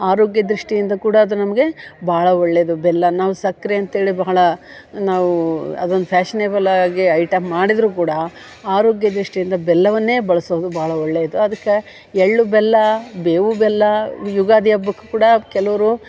ಆರೋಗ್ಯ ದೃಷ್ಟಿಯಿಂದ ಕೂಡ ಅದು ನಮಗೆ ಭಾಳ ಒಳ್ಳೆಯದು ಬೆಲ್ಲ ನಾವು ಸಕ್ಕರೆ ಅಂತ ಹೇಳಿ ಬಹಳ ನಾವು ಅದನ್ನು ಫ್ಯಾಷನೆಬಲಾಗಿ ಐಟಮ್ ಮಾಡಿದ್ರೂ ಕೂಡ ಆರೋಗ್ಯ ದೃಷ್ಟಿಯಿಂದ ಬೆಲ್ಲವನ್ನೇ ಬಳಸೋದು ಭಾಳ ಒಳ್ಳೆಯದು ಅದಕ್ಕೆ ಎಳ್ಳು ಬೆಲ್ಲ ಬೇವು ಬೆಲ್ಲ ಯುಗಾದಿ ಹಬ್ಬಕ್ಕು ಕೂಡ ಕೆಲವ್ರು